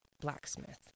blacksmith